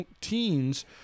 teens